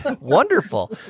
wonderful